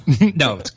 No